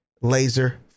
laser